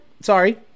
sorry